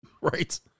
Right